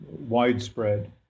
widespread